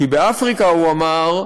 כי באפריקה, הוא אמר,